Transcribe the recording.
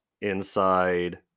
inside